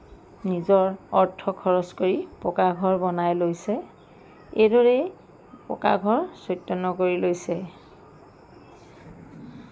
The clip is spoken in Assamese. নিজৰ অৰ্থ খৰচ কৰি পকা ঘৰ বনাই লৈছে এইদৰেই পকা ঘৰ চৈতন্য কৰি লৈছে